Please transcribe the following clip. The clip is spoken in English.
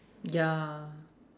ya